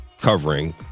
covering